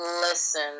listen